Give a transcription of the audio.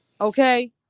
Okay